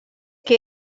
que